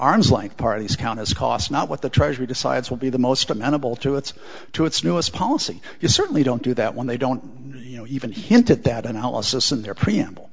arm's length parties count as costs not what the treasury decides will be the most amenable to its to its newest policy you certainly don't do that when they don't you know even hint at that analysis in their preamble